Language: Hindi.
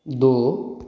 दो